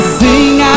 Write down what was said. sing